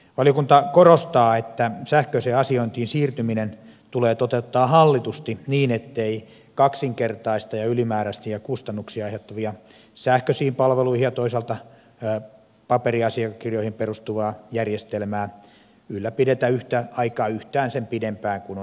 valiokunta korostaa että sähköiseen asiointiin siirtyminen tulee toteuttaa hallitusti niin ettei kaksinkertaista ja ylimääräisiä kustannuksia aiheuttavaa sähköisiin palveluihin ja toisaalta paperiasiakirjoihin perustuvaa järjestelmää ylläpidetä yhtä aikaa yhtään sen pidempään kuin on välttämätöntä